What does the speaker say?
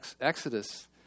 Exodus